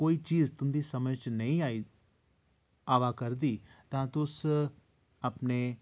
कोई चीज तुं'दी समझ च नेईं आई आवा करदी तां तुस अपने